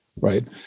right